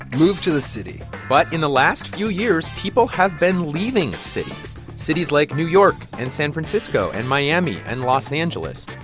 move to the city but in the last few years, people have been leaving cities, cities like new york and san francisco and miami and los angeles.